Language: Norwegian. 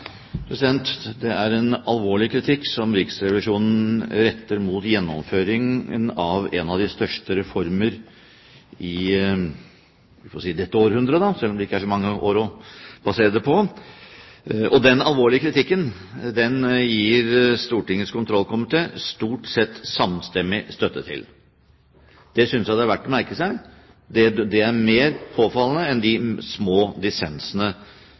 en alvorlig kritikk som Riksrevisjonen retter mot gjennomføringen av en av de største reformer i – jeg får si – dette århundret, selv om det ikke er så mange år å basere det på. Den alvorlige kritikken gir Stortingets kontrollkomité stort sett samstemmig støtte til. Det synes jeg det er verdt å merke seg. Det er mer påfallende enn de små dissensene